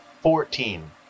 fourteen